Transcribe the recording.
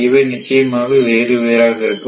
இவை நிச்சயமாக வேறு வேறாக இருக்கும்